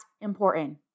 important